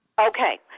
Okay